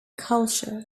culture